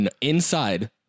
Inside